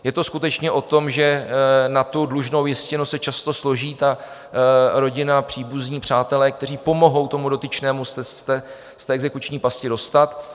Je to skutečně o tom, že na tu dlužnou jistinu se často složí ta rodina, příbuzní, přátelé, kteří pomohou tomu dotyčnému se z té exekuční pasti dostat.